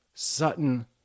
Sutton